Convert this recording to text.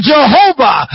Jehovah